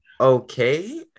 okay